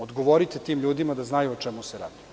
Odgovorite tim ljudima da znaju o čemu se radi.